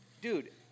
Dude